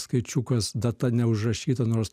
skaičiukas data neužrašyta nors